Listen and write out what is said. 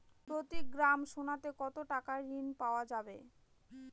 প্রতি গ্রাম সোনাতে কত টাকা ঋণ পাওয়া যাবে?